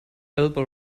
elbow